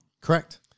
Correct